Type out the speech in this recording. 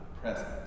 present